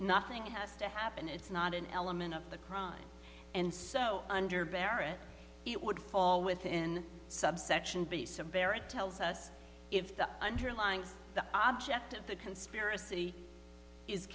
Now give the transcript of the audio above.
nothing has to happen it's not an element of the crime and so under barrett it would fall within subsection b sabera tells us if the underlying the object of the conspiracy is